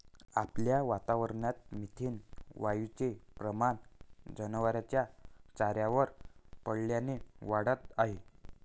आपल्या वातावरणात मिथेन वायूचे प्रमाण जनावरांच्या चाऱ्यावर पडल्याने वाढत आहे